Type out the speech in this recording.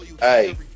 Hey